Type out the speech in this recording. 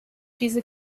diese